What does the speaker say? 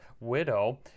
widow